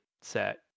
set